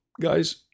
guys